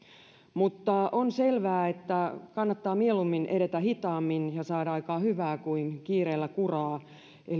mutta on selvää että kannattaa mieluummin edetä hitaammin ja saada aikaan hyvää kuin kiireellä kuraa eli